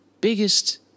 biggest